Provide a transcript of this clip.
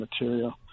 material